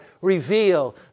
reveal